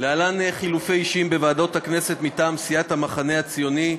להלן חילופי אישים בוועדות הכנסת: מטעם סיעת המחנה הציוני,